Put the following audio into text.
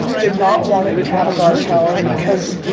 did not want it to have a guard tower because